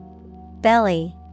Belly